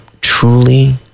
truly